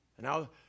now